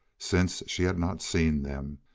since she had not seen them,